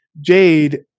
Jade